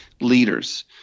leaders